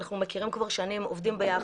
אנחנו מכירים כבר שנים ועובדים יחד.